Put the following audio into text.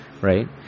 right